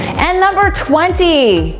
and number twenty,